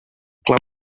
club